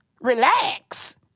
Relax